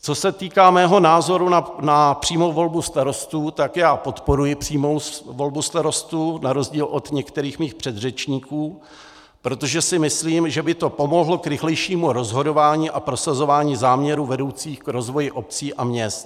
Co se týká mého názoru na přímou volbu starostů, tak já podporuji přímou volbu starostů na rozdíl od některých svých předřečníků, protože si myslím, že by to pomohlo k rychlejšímu rozhodování a prosazování záměrů vedoucích k rozvoji obcí a měst.